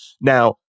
Now